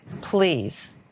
please